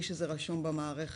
בלי שזה רשום במערכת.